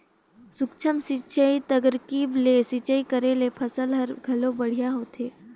सूक्ष्म सिंचई तरकीब ले सिंचई करे ले फसल हर घलो बड़िहा होथे